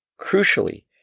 Crucially